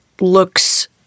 looks